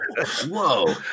whoa